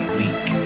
weak